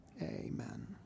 Amen